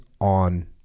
on